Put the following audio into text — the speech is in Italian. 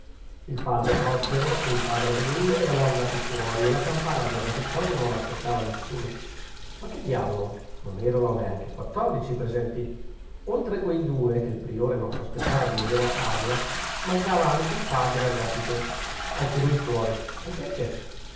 il padre prospero e il padre adelindo erano andati fuori e la campana del refettorio non aspettava nessuno ma che diavolo non erano neanche quattordici i presenti oltre quei due che il priore non s'aspettava di vedere a tavola mancava anche il padre agapito anche lui fuori e perchè